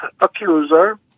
accuser